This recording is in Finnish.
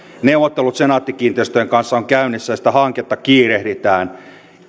neuvottelut senaatti kiinteistöjen kanssa ovat käynnissä ja sitä hanketta kiirehditään